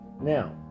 Now